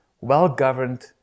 well-governed